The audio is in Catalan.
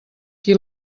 qui